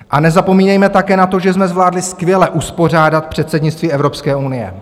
A nezapomínejme také na to, že jsme zvládli skvěle uspořádat předsednictví Evropské unie.